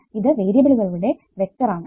ഇത് വേരിയബിളുകളുടെ വെക്ടർ ആണ്